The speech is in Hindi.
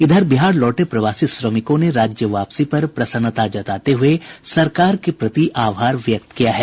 इधर बिहार लौटे प्रवासी श्रमिकों ने राज्य वापसी पर प्रसन्नता जताते हुए सरकार के प्रति आभार व्यक्त किया है